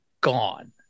gone